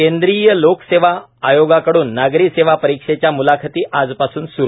केंद्रीय लोकसेवा आयोगाकडून नागरी सेवा परीक्षेच्या म्लाखती आजपासून सूरू